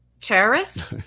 terrorists